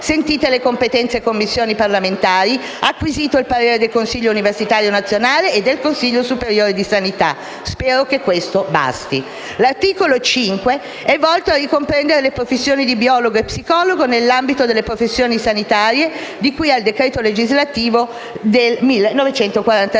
sentite le competenti Commissioni parlamentari e acquisito il parere del Consiglio universitario nazionale e del Consiglio superiore di sanità. Spero che questo basti. L'articolo 5 è volto a ricomprendere le professioni di biologo e di psicologo nell'ambito delle professioni sanitarie, di cui al decreto legislativo n.